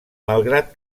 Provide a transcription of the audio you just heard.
malgrat